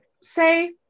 say